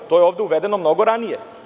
To je ovde uvedeno mnogo ranije.